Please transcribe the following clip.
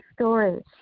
stories